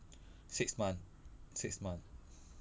six month six month